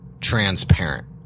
transparent